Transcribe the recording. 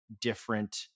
different